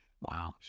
Wow